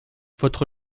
votre